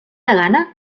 degana